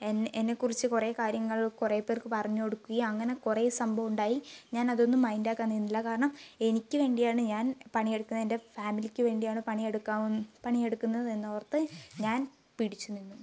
എന്നെ എന്നെക്കുറിച്ച് കുറേ കാര്യങ്ങൾ കുറെപേർക്കു പറഞ്ഞുകൊടുക്കുകയും അങ്ങനെ കുറേ സംഭവം ഉണ്ടായി ഞാൻ അതൊന്നും മൈൻ്റക്കാൻ നിന്നില്ല കാരണം എനിക്കുവേണ്ടിയാണ് ഞാൻ പണിയെടുക്കുന്നത് എൻ്റെ ഫാമിലിക്ക് വേണ്ടിയാണ് പണിയെടുക്കാവ് പണിയെടുക്കുന്നത് എന്നോർത്ത് ഞാൻ പിടിച്ചുനിന്നു